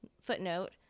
footnote